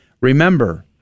Remember